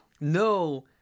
No